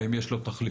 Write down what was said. האם יש לו תחליפים?